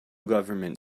government